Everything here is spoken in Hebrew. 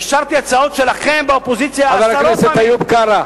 אישרתי הצעות שלכם באופוזיציה עשרות פעמים.